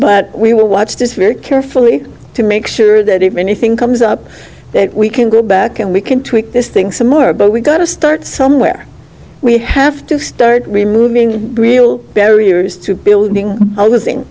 but we will watch this very carefully to make sure that if anything comes up that we can go back and we can tweak this thing some more but we've got to start somewhere we have to start removing real barriers to building